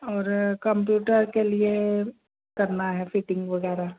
और कंप्यूटर के लिए करना है फ़िटिंग वग़ैरह